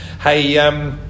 Hey